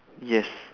yes